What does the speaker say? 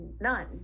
none